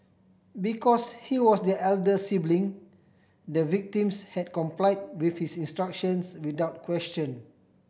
because he was their elder sibling the victims had comply with his instructions without question